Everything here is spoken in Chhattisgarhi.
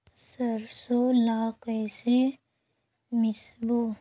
सरसो ला कइसे मिसबो?